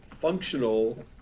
functional